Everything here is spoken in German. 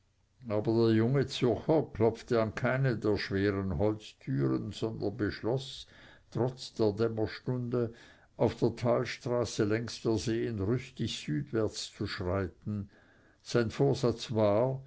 aber der junge zürcher klopfte an keine der schweren holztüren sondern beschloß trotz der dämmerstunde auf der talstraße längs der seen rüstig südwärts zu schreiten sein vorsatz war